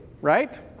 right